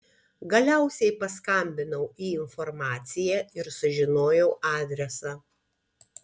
galiausiai paskambinau į informaciją ir sužinojau adresą